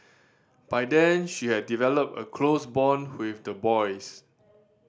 by then he had developed a close bond with the boys